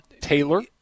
Taylor